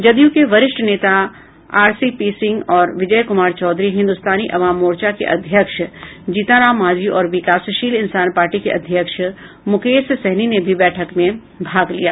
जदयू के वरिष्ठ नेता आरसीपी सिंह और विजय कुमार चौधरी हिंदुस्तानी अवाम मोर्चा के अध्यक्ष जीतन राम माझी और विकासशील इंसान पार्टी के अध्यक्ष मुकेश सहनी ने भी बैठक में भाग लिया